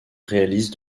réalise